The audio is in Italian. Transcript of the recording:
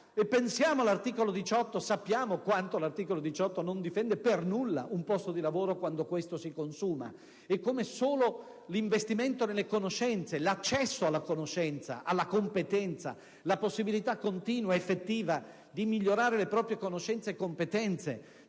pensiamo all'articolo 18, sappiamo quanto esso non difenda per nulla un posto di lavoro quando questo si consuma, e come solo l'investimento nelle conoscenze, l'accesso alla conoscenza, alla competenza, e la possibilità continua ed effettiva di migliorare le proprie conoscenze e competenze